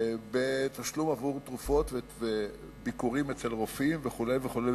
בתשלום עבור תרופות וביקורים אצל רופאים וכו',